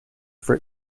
for